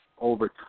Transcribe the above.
over